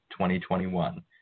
2021